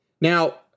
Now